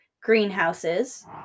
greenhouses